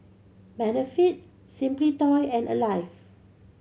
Benefit Simply Toys and Alive